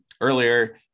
earlier